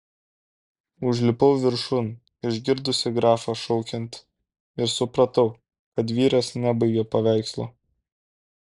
užlipau viršun išgirdusi grafą šaukiant ir supratau kad vyras nebaigė paveikslo